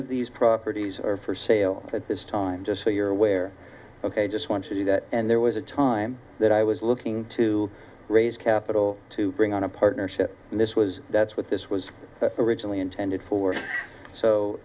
of these properties are for sale at this time just so you're aware ok just want to do that and there was a time that i was looking to raise capital to bring on a partnership and this was that's what this was originally intended for so